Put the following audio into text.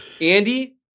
Andy